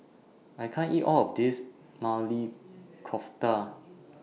I can't eat All of This Maili Kofta